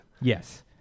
Yes